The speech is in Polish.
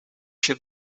się